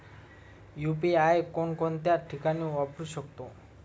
UPI कोणकोणत्या ठिकाणी वापरू शकतो?